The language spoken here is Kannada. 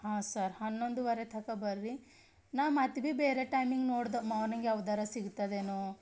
ಹಾಂ ಸರ್ ಹನ್ನೊಂದೂವರೆ ಥಕ ಬರ್ರಿ ನಾನು ಮತ್ತೂ ಭೀ ಬೇರೆ ಟೈಮಿಂಗ್ ನೋಡ್ದೋ ಮಾರ್ನಿಂಗ್ ಯಾವ್ದಾರು ಸಿಗ್ತದೇನೋ